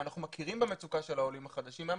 ואנחנו מכירים במצוקה של העולים החדשים למה